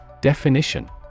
Definition